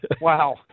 wow